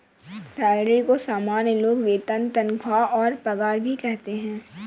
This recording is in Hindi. सैलरी को सामान्य लोग वेतन तनख्वाह और पगार भी कहते है